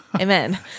Amen